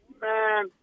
man